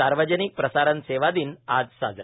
सार्वजनिक प्रसारण सेवा दिन आज साजरा